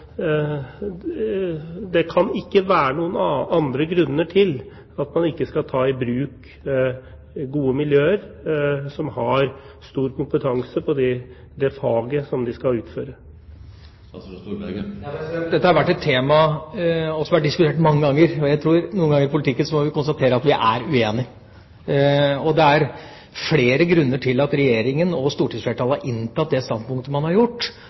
Det kan ikke være noen andre grunner til at man ikke skal ta i bruk gode miljøer som har stor kompetanse på det faget som de skal utføre. Dette har vært et tema som har vært diskutert mange ganger. Jeg tror at vi noen ganger i politikken må konstatere at vi er uenige. Det er flere grunner til at Regjeringa og stortingsflertallet har inntatt det standpunktet vi har gjort,